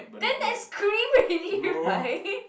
then that's cream already right